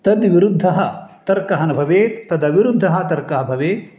तद्विरुद्धः तर्कः न भवेत् तदविरुद्धः तर्कः भवेत्